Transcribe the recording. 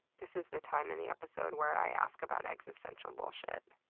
this is the time in the episode where i ask about existential bullshit.